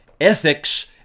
Ethics